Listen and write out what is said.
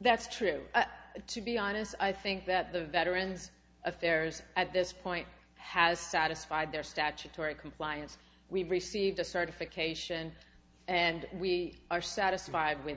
that's true but to be honest i think that the veterans affairs at this point has satisfied their statutory compliance we've received a certification and we are satisfied with